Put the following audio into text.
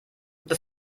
das